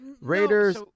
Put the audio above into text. Raiders